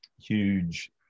huge